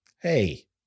Hey